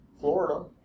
Florida